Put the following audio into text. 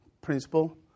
principle